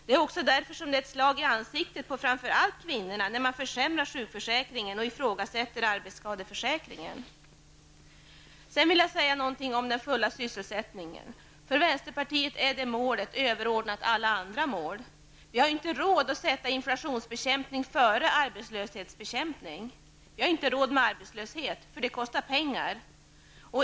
Det också därför som det är ett slag i ansiktet på framför allt kvinnorna när sjukförsäkringen försämras och arbetsskadeförsäkringen ifrågasätts. Sedan några ord om den fulla sysselsättningen. För oss i vänsterpartiet är målet om full sysselsättning överordnat alla andra mål. Vi har inte råd att prioritera inflationsbekämpning framför arbetslöshetsbekämpning. Vi har inte råd med arbetslöshet, som ju kräver pengar.